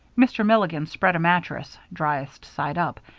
mr. milligan spread a mattress, driest side up,